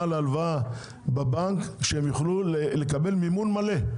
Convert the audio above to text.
להלוואה בבנק שיוכלו לקבל מימון מלא.